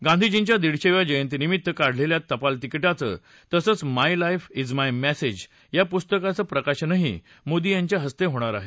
गांधीजींच्या दिडशेव्या जयंतीनिमित्त काढलेल्या टपाल तिकीटाचं तसंच my life is my message या पुस्तकाचं प्रकाशनही मोदी यांच्या हस्ते होणार आहे